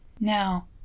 Now